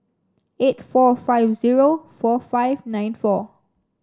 eight four five zero four five nine four